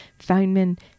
Feynman